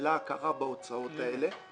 נשללה ההכרה בהוצאות האלה.